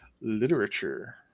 literature